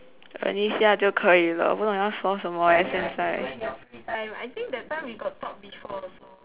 忍一下就可以了不懂要说什么 leh 现在